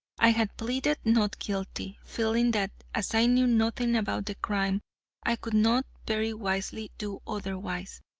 i had pleaded not guilty, feeling that as i knew nothing about the crime i could not very wisely do otherwise,